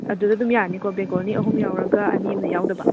ꯑꯗꯨꯗ ꯑꯗꯨꯝ ꯌꯥꯅꯤꯀꯣ ꯕꯦꯜꯀꯣꯅꯤ ꯑꯍꯨꯝ ꯌꯥꯎꯔꯒ ꯑꯅꯤ ꯑꯃꯅ ꯌꯥꯎꯗꯕ